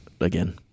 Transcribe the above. again